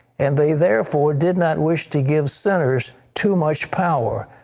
and they, therefore, did not wish to give sinners too much power,